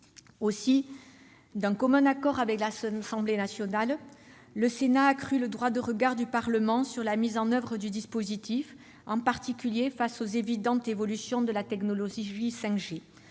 Aussi, d'un commun accord avec l'Assemblée nationale, le Sénat a accru le droit de regard du Parlement sur la mise en oeuvre du dispositif, en particulier face aux évidentes évolutions de la technologie 5G,